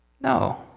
No